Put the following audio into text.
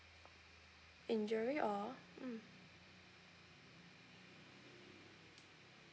injury or mm